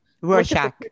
Rorschach